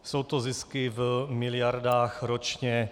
Jsou to zisky v miliardách ročně.